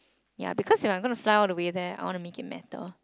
ya because if I'm going to fly all the way there I want to make it matter